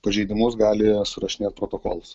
pažeidimus gali surašinėt protokolus